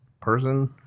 person